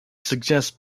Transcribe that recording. suggests